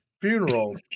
funeral